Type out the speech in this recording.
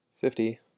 fifty